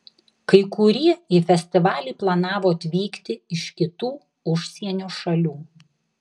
kai kurie į festivalį planavo atvykti iš kitų užsienio šalių